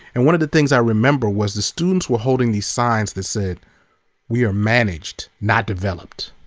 and one of the things i remember was the students were holding these signs that said we are managed, not developed.